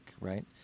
right